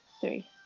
three